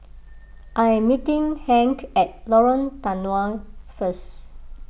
I am meeting Hank at Lorong Danau first